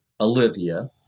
Olivia